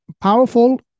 powerful